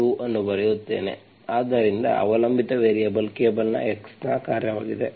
2 ಅನ್ನು ಬರೆಯುತ್ತೇನೆ ಆದ್ದರಿಂದ ಅವಲಂಬಿತ ವೇರಿಯಬಲ್ ಕೇವಲ x ನ ಕಾರ್ಯವಾಗಿದೆ